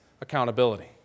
accountability